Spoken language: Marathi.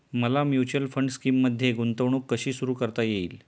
मला म्युच्युअल फंड स्कीममध्ये गुंतवणूक कशी सुरू करता येईल?